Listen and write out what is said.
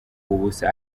ubusa